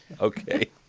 Okay